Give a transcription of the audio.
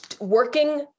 working